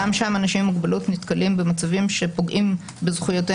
גם שם אנשים עם מוגבלות נתקלים במצבים שפוגעים בזכויותיהם.